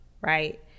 right